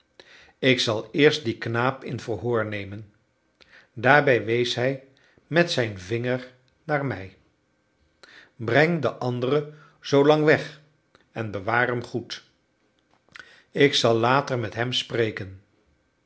ik zal eerst dien knaap in verhoor nemen daarbij wees hij met zijn vinger naar mij breng den anderen zoolang weg en bewaar hem goed ik zal later met hem spreken